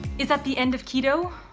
is that the end of keto?